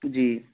जी